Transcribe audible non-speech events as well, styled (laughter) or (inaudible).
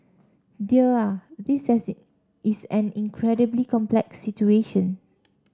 dear ah this (unintelligible) is an incredibly complex situation